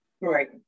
Right